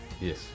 Yes